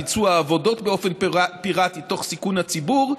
ביצוע עבודות באופן פיראטי תוך סיכון הציבור,